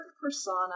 persona